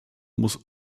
muss